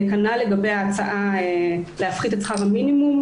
כנ"ל לגבי ההצעה להפחית את שכר המינימום.